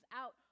out